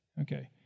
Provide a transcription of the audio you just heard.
Okay